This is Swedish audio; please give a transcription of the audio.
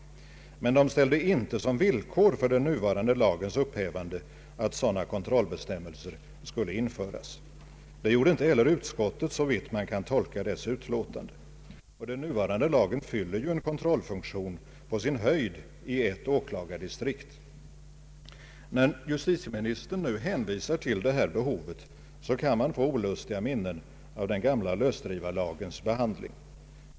Men de ställde inte som villkor för den nuvarande lagens upphävande att sådana kontrollbestämmelser skulle införas. Det gjorde inte heller utskottet, såvitt man kan tolka dess utlåtande. Den nuvarande lagen fyller ju en kontrollfunktion på sin höjd i ett åklagardistrikt. När justitieministern nu hänvisar till detta behov, kan man få olustiga minnen av den gamla lösdrivarlagens behandling.